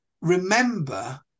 remember